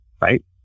right